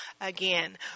again